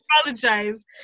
apologize